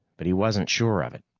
but he wasn't sure of it.